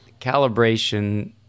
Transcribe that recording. calibration